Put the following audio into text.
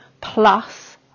plus